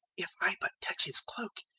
if i but touch his cloak,